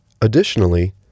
Additionally